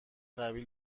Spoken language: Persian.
قبیل